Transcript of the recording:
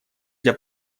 для